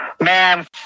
Man